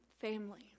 family